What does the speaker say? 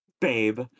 Babe